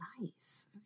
Nice